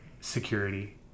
security